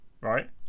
right